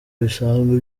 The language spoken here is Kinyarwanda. bisanzwe